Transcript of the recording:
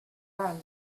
run